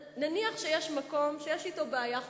נניח שיש מקום שיש אתו בעיה חוקית.